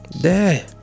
Dad